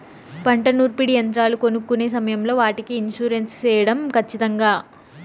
పంట నూర్పిడి యంత్రాలు కొనుక్కొనే సమయం లో వాటికి ఇన్సూరెన్సు సేయడం ఖచ్చితంగా?